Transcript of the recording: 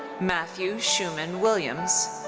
matthew shoeman williams.